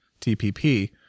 TPP